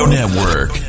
Network